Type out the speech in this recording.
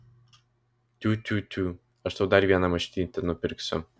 tiu tiu tiū aš tau dar vieną mašinytę nupirksiu